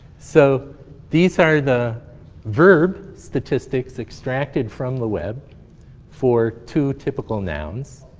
so these are the verb statistics extracted from the web for two typical nouns.